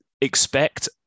expect